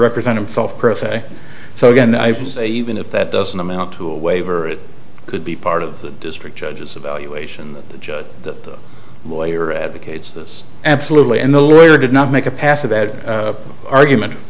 represent himself per se so again i would say even if that doesn't amount to a waiver it could be part of the district judges a valuation judge that lawyer advocates this absolutely and the lawyer did not make a pass of that argument